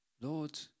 Lord